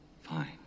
Fine